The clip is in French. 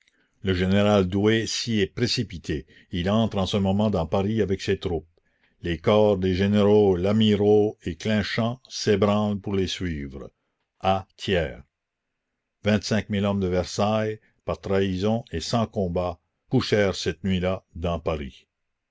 le général douay s'y est précipité il entre en ce moment dans paris avec ses troupes les corps des généraux ladmirault et clinchamp s'ébranlent pour les suivre vingt-cinq mille hommes de versailles par trahison et sans combat couchèrent cette nuit-là dans paris